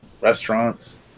restaurants